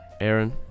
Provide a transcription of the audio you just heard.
Aaron